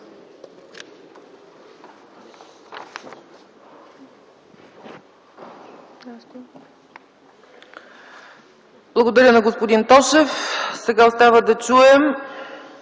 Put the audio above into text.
Благодаря на господин Тошев. Остава да чуем